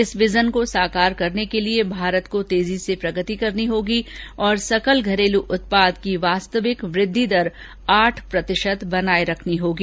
इस विजन को साकार करने के लिए भारत को तेजी से प्रगति करनी होगी और सकल घरेलू उत्पाद की वास्तविक वृद्धि दर आठ प्रतिशत बनाये रखनी होगी